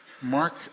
Mark